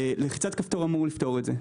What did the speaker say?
לחיצת כפתור אמור לפתור את זה.